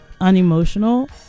unemotional